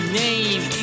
name